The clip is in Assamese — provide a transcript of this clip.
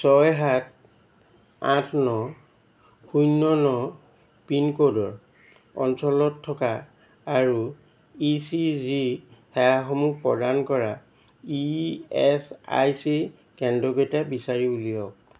ছয় সাত আঠ ন শূন্য ন পিনক'ডৰ অঞ্চলত থকা আৰু ই চি জি সেৱাসমূহ প্ৰদান কৰা ই এছ আই চি কেন্দ্ৰকেইটা বিচাৰি উলিয়াওক